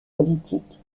politique